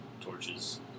torches